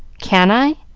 can i?